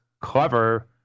clever